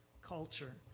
culture